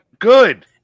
good